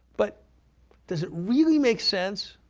but does it really make sense,